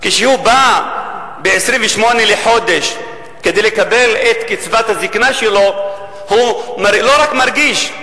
וכשהוא בא ב-28 בחודש לקבל את קצבת הזיקנה שלו הוא לא רק מרגיש,